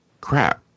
crap